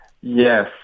Yes